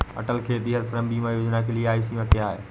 अटल खेतिहर श्रम बीमा योजना के लिए आयु सीमा क्या है?